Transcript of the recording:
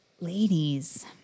ladies